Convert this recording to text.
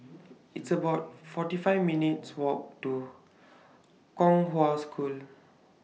It's about forty five minutes' Walk to Kong Hwa School